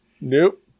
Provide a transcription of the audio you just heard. Nope